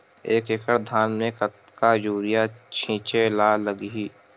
एक एकड़ धान में कतका यूरिया छिंचे ला लगही?